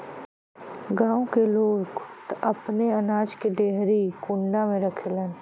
गांव के लोग त अपने अनाज के डेहरी कुंडा में रखलन